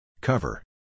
Cover